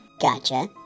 Gotcha